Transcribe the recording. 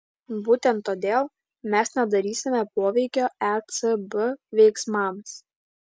būtent todėl mes nedarysime poveikio ecb veiksmams